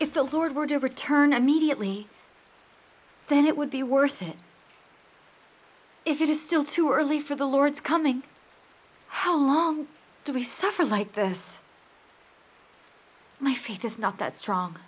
if the lord were to return immediately then it would be worth it if it is still through early for the lord's coming how long do we suffer like this my faith is not that strong